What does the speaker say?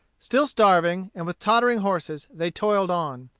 still starving, and with tottering horses, they toiled on.